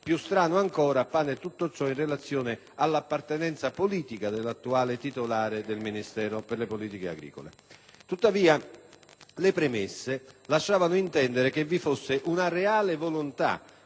Più strano ancora appare tutto ciò in relazione all'appartenenza politica dell'attuale titolare del Ministero delle politiche agricole. Tuttavia, le premesse lasciavano intendere che vi fosse una reale volontà